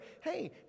hey